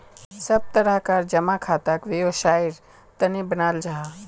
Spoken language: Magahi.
सब तरह कार जमा खाताक वैवसायेर तने बनाल जाहा